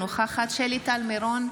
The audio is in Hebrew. אינה נוכחת שלי טל מירון,